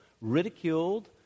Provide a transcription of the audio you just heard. ridiculed